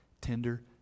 tender